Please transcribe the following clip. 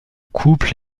couples